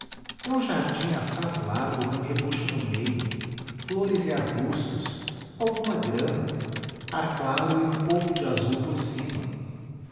é um jardim assaz largo com repuxo no meio flores e arbustos alguma grama ar claro e um pouco de azul por cima